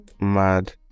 mad